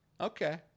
Okay